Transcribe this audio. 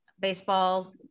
baseball